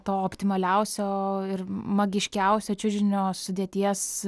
to optimaliausio ir magiškiausio čiužinio sudėties